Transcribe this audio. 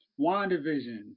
WandaVision